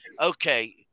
okay